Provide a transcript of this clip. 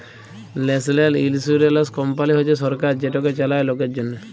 national insurance company হছে সরকার যেটকে চালায় লকের জ্যনহে